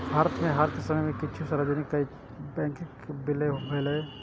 भारत मे हाल के समय मे किछु सार्वजनिक बैंकक विलय भेलैए